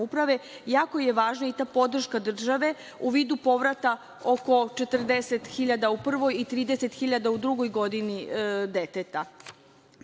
jako je važna i ta podrška države u vidu povrata od 40.000 u prvoj i 30.000 u drugoj godini deteta. Takođe,